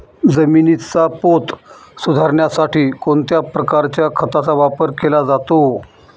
जमिनीचा पोत सुधारण्यासाठी कोणत्या प्रकारच्या खताचा वापर केला जातो?